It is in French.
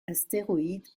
astéroïde